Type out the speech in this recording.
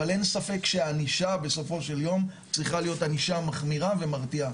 אבל אין ספק שהענישה בסופו של יום צריכה להיות ענישה מחמירה ומרתיעה.